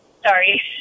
Sorry